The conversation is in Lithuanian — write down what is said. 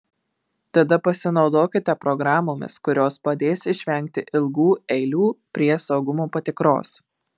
tada pasinaudokite programomis kurios padės išvengti ilgų eilių prie saugumo patikros